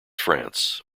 france